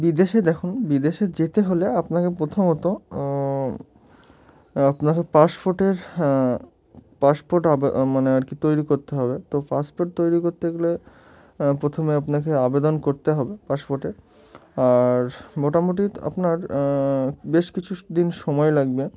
বিদেশে দেখুন বিদেশে যেতে হলে আপনাকে প্রথমত আপনাকে পাসপোর্টের পাসপোর্ট আবে মানে আর কি তৈরি করতে হবে তো পাসপোর্ট তৈরি করতে গেলে প্রথমে আপনাকে আবেদন করতে হবে পাসপোর্টে আর মোটামুটি আপনার বেশ কিছু দিন সময় লাগবে